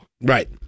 Right